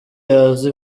yaza